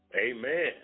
Amen